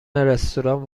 رستوران